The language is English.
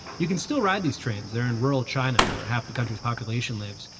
you can still ride these trains. they're in rural china, where half the country's population lives.